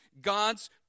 God's